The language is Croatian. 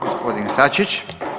G. Sačić.